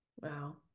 wow